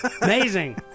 Amazing